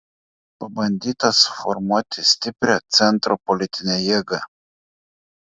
pabandyta suformuoti stiprią centro politinę jėgą